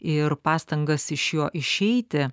ir pastangas iš jo išeiti